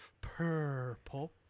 purple